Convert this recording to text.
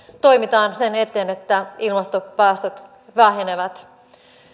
toimitaan sen eteen että ilmastopäästöt vähenevät